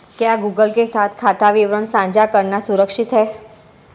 क्या गूगल के साथ खाता विवरण साझा करना सुरक्षित है?